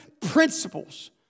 principles